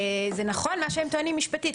זה נכון מה שהם טוענים משפטית,